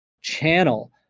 channel